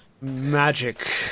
magic